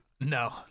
No